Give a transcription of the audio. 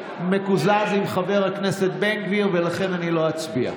מקוזז עם חבר הכנסת בן גביר ולכן אני לא אצביע.